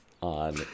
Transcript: on